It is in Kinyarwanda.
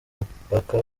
mupaka